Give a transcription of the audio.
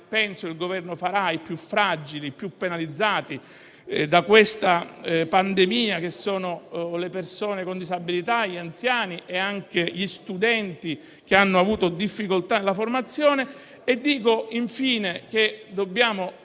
penso il Governo farà, i più fragili e i più penalizzati da questa pandemia, che sono le persone con disabilità, gli anziani e anche gli studenti che hanno avuto difficoltà nella formazione e dico, infine, che dobbiamo